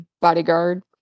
bodyguard